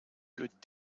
good